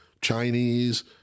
Chinese